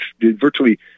virtually